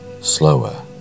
slower